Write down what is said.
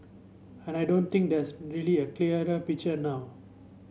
and I don't think there's a really clearer picture now